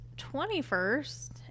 21st